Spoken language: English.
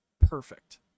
perfect